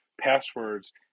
passwords